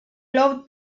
loved